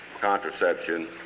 contraception